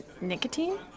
Nicotine